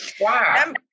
Wow